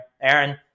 Aaron